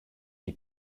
die